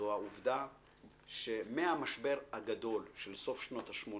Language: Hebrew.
זו העובדה שמהמשבר הגדול של סוף שנות ה-80'